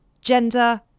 gender